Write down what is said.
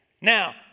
Now